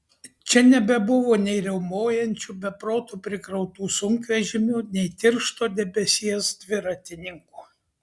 čia nebebuvo nei riaumojančių be proto prikrautų sunkvežimių nei tiršto debesies dviratininkų